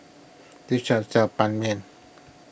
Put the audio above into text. this shop sells Ban Mian